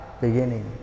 beginning